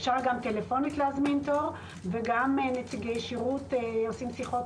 אפשר גם טלפונית להזמין תור וגם נציגי שירות עושים שיחות